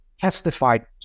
testified